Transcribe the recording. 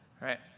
right